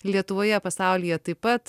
lietuvoje pasaulyje taip pat